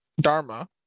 Dharma